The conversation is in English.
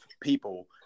people